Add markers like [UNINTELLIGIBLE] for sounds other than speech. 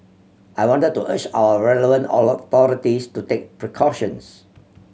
I wanted to urge our relevant [UNINTELLIGIBLE] to take precautions